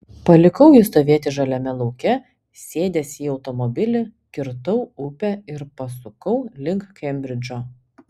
palikau jį stovėti žaliame lauke sėdęs į automobilį kirtau upę ir pasukau link kembridžo